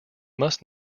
must